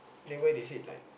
then why they said like